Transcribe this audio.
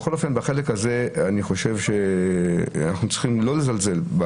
בכל אופן בחלק הזה אני חושב שאנחנו צריכים לא לזלזל.